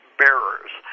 bearers